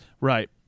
Right